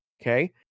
Okay